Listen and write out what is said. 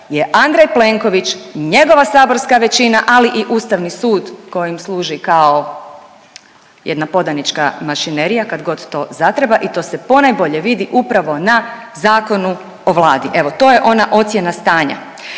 je Andrej Plenković i njegova saborska većina ali i Ustavni sud koji im služi kao jedna podanička mašinerija kad god to zatreba i to se ponajbolje vidi upravo na Zakonu o Vladi. Evo, to je ona ocjena stanja